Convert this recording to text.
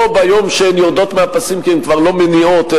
לא ביום שהן יורדות מהפסים כי הן כבר לא מניעות,